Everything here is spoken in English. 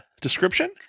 description